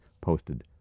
posted